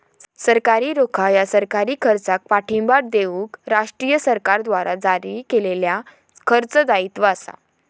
सरकारी रोखा ह्या सरकारी खर्चाक पाठिंबा देऊक राष्ट्रीय सरकारद्वारा जारी केलेल्या कर्ज दायित्व असा